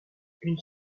une